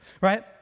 right